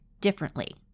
differently